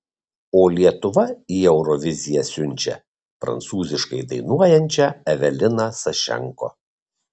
o lietuva į euroviziją siunčia prancūziškai dainuojančią eveliną sašenko